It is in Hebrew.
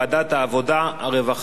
הרווחה והבריאות נתקבלה.